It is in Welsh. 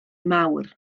mawr